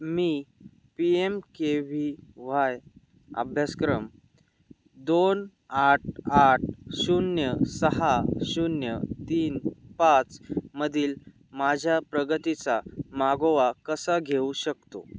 मी P M K V Y अभ्यासक्रम दोन आठ आठ शून्य सहा शून्य तीन पाचमधील माझ्या प्रगतीचा मागोवा कसा घेऊ शकतो